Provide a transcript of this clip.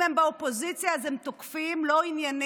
אם הם באופוזיציה אז הם תוקפים לא עניינית,